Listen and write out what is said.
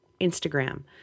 Instagram